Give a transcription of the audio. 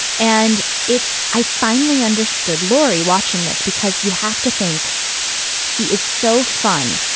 and it's i finally understood, laurie watching this, because you have to think he is so fun,